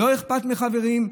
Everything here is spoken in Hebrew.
לא אכפת מחברים?